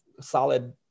solid